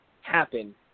happen